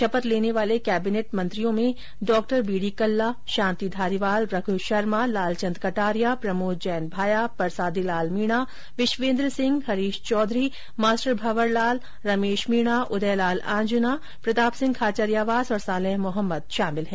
शपथ लेने वाले कैबिनेट मंत्रियों में डॉ B D Kalla Shanti Dhariwal Raghu Sharma Lal Chand Kataria Pramod Jain Bhaya Parsadilal Meena Vishvendra Singh Harish Chaudhary master Bhanwar Lal Ramesh Meena Udaylal Anjana Pratap Singh Khachariyawas और सालेह मोहम्मद शामिल है